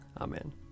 Amen